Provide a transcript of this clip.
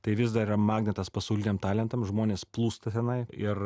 tai vis dar yra magnetas pasauliniam talentam žmonės plūsta tenai ir